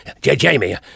Jamie